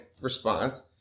response